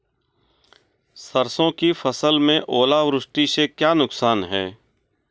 सरसों की फसल में ओलावृष्टि से क्या नुकसान है?